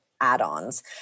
add-ons